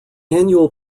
annual